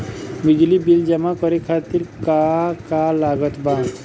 बिजली बिल जमा करे खातिर का का लागत बा?